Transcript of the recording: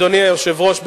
אדוני היושב-ראש,